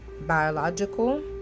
biological